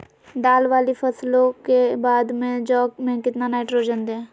दाल वाली फसलों के बाद में जौ में कितनी नाइट्रोजन दें?